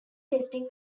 testing